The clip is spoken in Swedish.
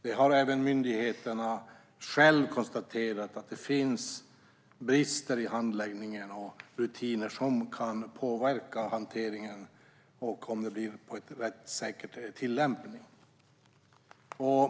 Det har även myndigheterna konstaterat, att det finns brister i handläggning och rutiner som kan påverka hur hanteringen sker och om det blir en rättssäker tillämpning.